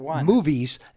movies